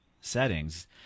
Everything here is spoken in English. settings